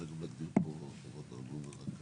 טוב, מישהו עוד רוצה לומר משהו?